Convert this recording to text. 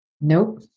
Nope